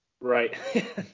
Right